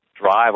drive